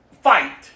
fight